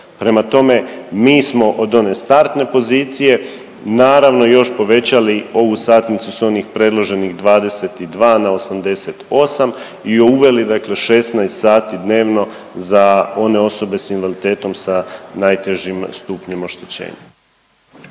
Prema tome, mi smo od one startne pozicije naravno još povećali ovu satnicu s onih predloženih 22 na 88 i uveli dakle 16 sati dnevno za one osobe s invaliditetom sa najtežim stupnjem oštećenja.